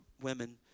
women